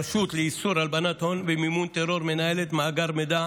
הרשות לאיסור הלבנת הון ומימון טרור מנהלת מאגר מידע